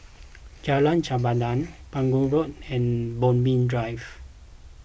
Jalan Chempedak Pegu Road and Bodmin Drive